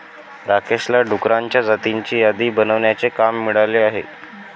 राकेशला डुकरांच्या जातींची यादी बनवण्याचे काम मिळाले आहे